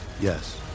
Yes